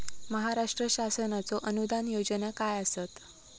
महाराष्ट्र शासनाचो अनुदान योजना काय आसत?